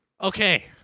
Okay